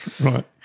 Right